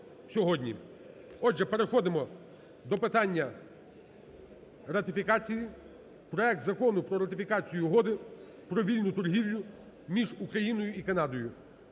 Отже, переходимо до питання ратифікації, проект Закону про ратифікацію Угоди про вільну торгівлю між Україною і Канадою